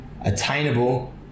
attainable